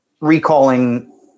recalling